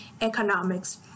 economics